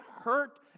hurt